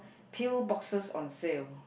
peel boxes on sale